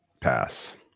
Pass